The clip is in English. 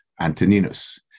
Antoninus